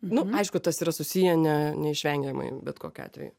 nu aišku tas yra susiję ne neišvengiamai bet kokiu atveju